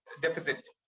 deficit